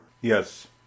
Yes